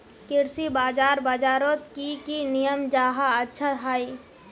कृषि बाजार बजारोत की की नियम जाहा अच्छा हाई?